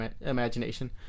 imagination